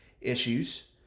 issues –